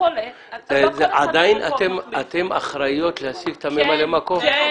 אתן אחראיות להשיג את ממלא המקום?